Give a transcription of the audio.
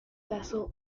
battle